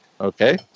Okay